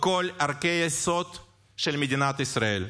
בכל ערכי היסוד של מדינת ישראל.